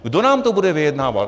Kdo nám to bude vyjednávat?